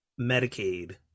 Medicaid